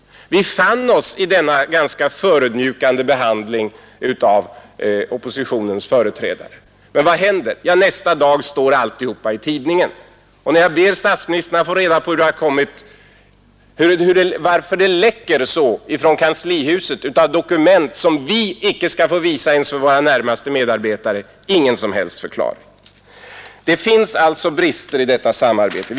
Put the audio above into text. Vi fann oss i denna ganska förödmjukande behandling av oppositionens företrädare, Men vad hände? Jo, nästa dag står alltihopa i tidningen! När jag ber statsministern att få reda på varför det läcker så ifrån kanslihuset av dokument som vi icke ens skulle få visa för våra närmaste medarbetare — ingen som helst förklaring! Det finns alltså brister i detta samarbete.